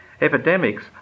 epidemics